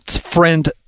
friend